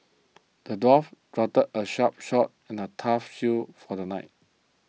the dwarf a sharp sword and a tough shield for the knight